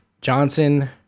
Johnson